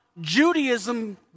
Judaism